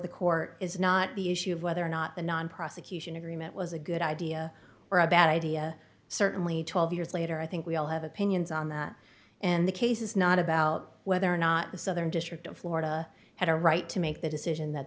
the court is not the issue of whether or not the non prosecution agreement was a good idea or a bad idea certainly twelve years later i think we all have opinions on that and the case is not about whether or not the southern district of florida had a right to make the decision that